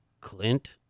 Clint